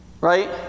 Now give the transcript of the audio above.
right